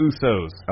Usos